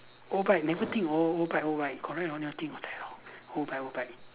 oBike never think of oBike oBike correct hor never think at all oBike oBike